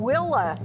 Willa